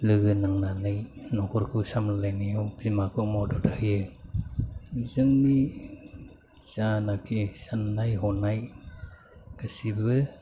लोगो नांनानै न'खरखौ सामलायनायाव बिमाखौ मदद होयो जोंनि जानोखि साननाय हनाय गासैबो